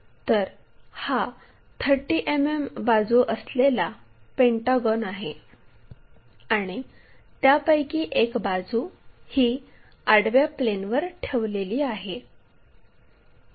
तर हा 30 मिमी बाजू असलेला पेंटागॉन आहे आणि त्यापैकी एक बाजू ही आडव्या प्लेनवर ठेवलेली आहे